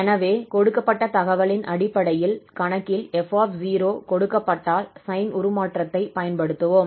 எனவே கொடுக்கப்பட்ட தகவலின் அடிப்படையில் கணக்கில் 𝑓 கொடுக்கப்பட்டால் சைன் உருமாற்றத்தைப் பயன்படுத்துவோம்